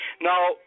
Now